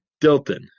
Dilton